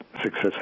success